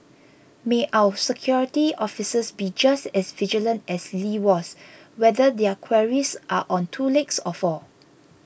may our security officers be just as vigilant as Lee was whether their quarries are on two legs or four